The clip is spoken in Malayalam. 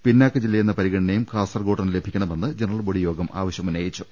പിന്നാക്ക ജില്ലയെന്ന പരിഗണനയും കാസർകോടിനു ലഭിക്കണമെന്ന് ജന റൽബോഡിയോഗം ആവശ്യമുന്നയിച്ചു